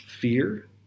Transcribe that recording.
fear